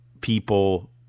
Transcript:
people